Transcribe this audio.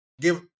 give